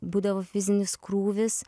būdavo fizinis krūvis